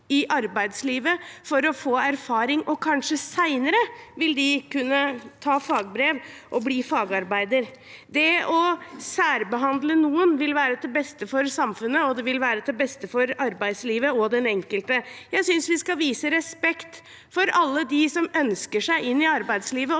i arbeidslivet for å få erfaring. Kanskje vil de senere kunne ta fagbrev og bli fagarbeider. Det å særbehandle noen vil være til beste for samfunnet, og det vil være til beste for arbeidslivet og den enkelte. Jeg synes vi skal vise respekt for alle som ønsker seg inn i arbeidslivet.